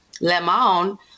Lemon